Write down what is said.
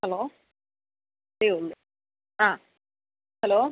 hello ആ hello